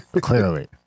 Clearly